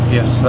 Yes